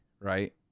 right